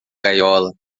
gaiola